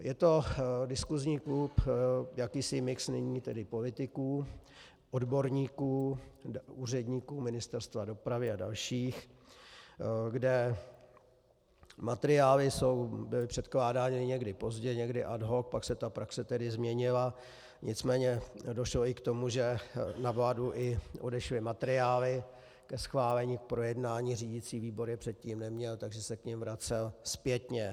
Je to diskusní klub, jakýsi mix, nyní tedy politiků, odborníků, úředníků Ministerstva dopravy a dalších, kde materiály byly předkládány někdy pozdě, někdy ad hoc, pak se ta praxe tedy změnila, nicméně došlo i k tomu, že na vládu odešly i materiály ke schválení, k projednání, řídicí výbor je předtím neměl, takže se k nim vracel zpětně.